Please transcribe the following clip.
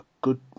good